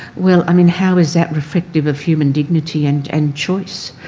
well, i mean, how is that reflective of human dignity and and choice?